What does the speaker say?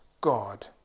God